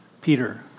Peter